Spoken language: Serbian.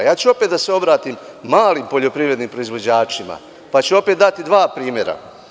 Ja ću opet da se obratim malim poljoprivrednim proizvođačima, pa ću opet dati dva primera.